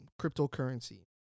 cryptocurrency